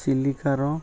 ଚିଲିକାର